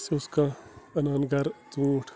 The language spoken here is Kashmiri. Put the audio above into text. اَسہِ اوس کانٛہہ اَنان گَرٕ ژوٗنٛٹھ